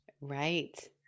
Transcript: Right